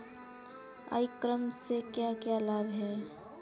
ई commerce से क्या क्या लाभ हैं?